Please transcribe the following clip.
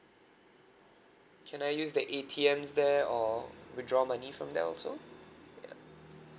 can I use the A_T_Ms there or withdraw money from there also yup